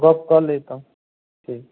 गप्प कऽ लैतहुँ ठीक